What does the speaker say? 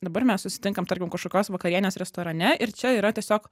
dabar mes susitinkam tarkim kažkokios vakarienės restorane ir čia yra tiesiog